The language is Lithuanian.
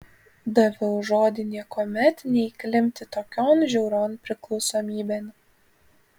daviau žodį niekuomet neįklimpti tokion žiaurion priklausomybėn